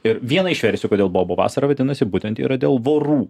ir viena iš versijų kodėl bobų vasara vadinasi būtent yra dėl vorų